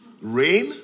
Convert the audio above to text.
Rain